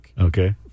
Okay